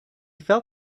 felt